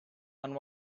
and